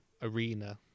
arena